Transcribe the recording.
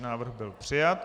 Návrh byl přijat.